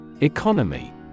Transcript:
economy